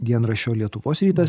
dienraščio lietuvos rytas